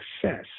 success